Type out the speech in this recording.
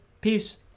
Peace